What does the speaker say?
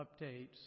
updates